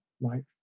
life